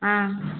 ம்